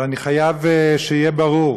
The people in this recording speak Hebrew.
אבל אני חייב שיהיה ברור